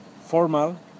formal